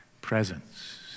presence